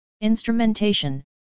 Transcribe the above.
Instrumentation